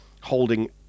holding